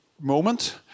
moment